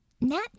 Nat